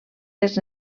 les